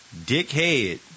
dickhead